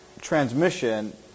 transmission